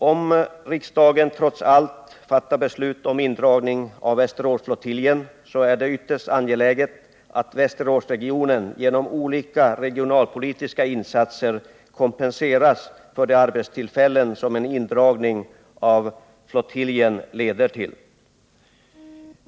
Om riksdagen trots allt fattar beslut om indragning av Västeråsflottiljen, så är det ytterst angeläget att Västeråsregionen genom olika regionalpolitiska insatser kompenseras för de minskade arbetstillfällen som en indragning av flottiljen leder till.